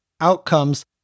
outcomes